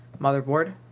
motherboard